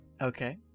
Okay